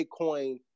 Bitcoin